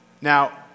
Now